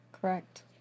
Correct